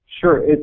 sure